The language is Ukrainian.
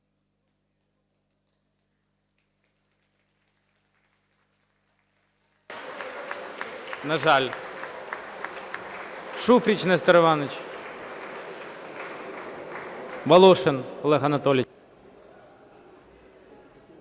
На жаль. Шуфрич Нестор Іванович. Волошин Олег Анатолійович.